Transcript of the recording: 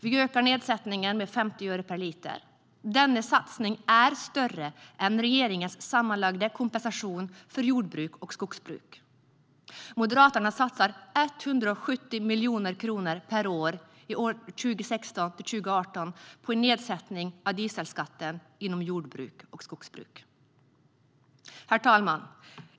Vi ökar nedsättningen med 50 öre per liter. Denna satsning är större än regeringens sammanlagda kompensation till jordbruk och skogsbruk. Moderaterna satsar 170 miljoner kronor per år 2016-2018 på en nedsättning av dieselskatten inom jordbruk och skogsbruk. Herr talman!